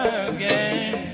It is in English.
again